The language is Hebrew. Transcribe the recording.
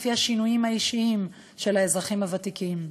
לפי השינויים האישיים של האזרחים הוותיקים.